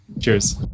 cheers